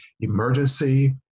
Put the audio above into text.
emergency